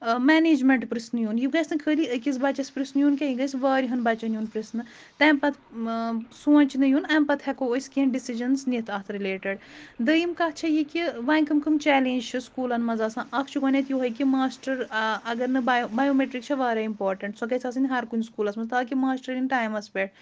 مٮ۪نیجمٮ۪نٛٹہٕ پِرٛژھنہٕ یُن یہِ گژھِ نہٕ خٲلی أکِس بَچَس پِرٛژھنہٕ یُن کینٛہہ یہِ گژھِ واریِہَن بَچَن یُن پِرٛژھنہٕ تَمہِ پَتہٕ سونٛچنہٕ یُن اَمہِ پَتہٕ ہٮ۪کو أسۍ کینٛہہ ڈِسِجَنٕز نِتھ اَتھ رِلیٹٕڈ دٔیِم کَتھ چھےٚ یہِ کہِ وۄنۍ کَم کَم چیلینٛج چھِ سکوٗلَن منٛز آسان اَکھ چھِ گۄڈٕنٮ۪تھ یِہوٚے کہِ ماسٹَر اگر نہٕ بیو بیو میٹِرٛک چھےٚ واریاہ اِمپاٹنٛٹ سۄ گژھِ آسٕنۍ ہرکُنہِ سکوٗلَس منٛز تاکہِ ماسٹَر یِن ٹایمَس پٮ۪ٹھ